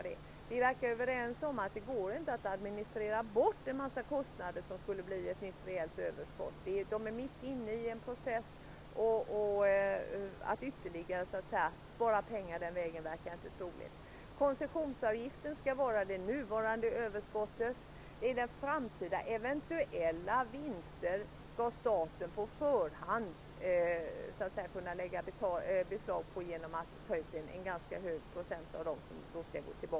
Vi tycks vara överens om att det inte går att administrera bort alla de kostnader som skulle uppstå bli vid ett nytt reellt överskott. Man är mitt uppe i en process. Att den vägen ytterligare spara pengar verkar inte troligt. Koncessionsavgiften skall motsvara det nuvarande överskottet. Staten skall på förhand kunna lägga beslag på framtida eventuella vinster genom att ta ut en ganska hög procent av överskottet.